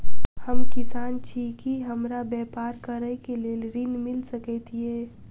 हम किसान छी की हमरा ब्यपार करऽ केँ लेल ऋण मिल सकैत ये?